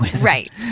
right